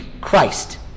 Christ